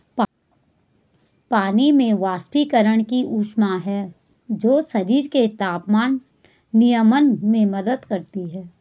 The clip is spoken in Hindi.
पानी में वाष्पीकरण की ऊष्मा है जो शरीर के तापमान नियमन में मदद करती है